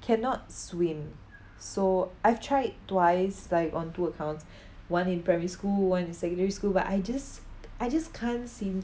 cannot swim so I've tried twice like on two accounts one in primary school one in secondary school but I just I just can't seem